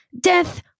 Death